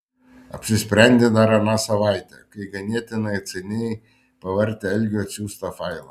apsisprendė dar aną savaitę kai ganėtinai atsainiai pavartė algio atsiųstą failą